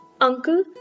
Uncle